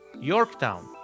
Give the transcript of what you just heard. Yorktown